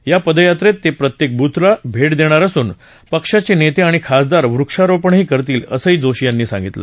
या पदयात्रेत ते प्रत्येक बूथला भेट देणार असून पक्षाचे नेते आणि खासदार वृक्षारोपणही करतील असं जोशी यांनी सांगितलं